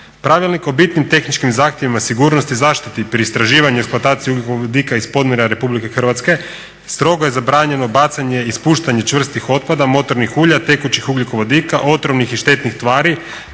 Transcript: Pravilnik o bitnim tehničkim zahtjevima, sigurnosti i zaštiti pri istraživanju i eksploataciji ugljikovodika iz podmorja Republike Hrvatske strogo je zabranjeno bacanje i ispuštanje čvrstih otpada, motornih ulja, tekućih ugljikovodika, otrovnih i štetnih tvari,